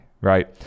right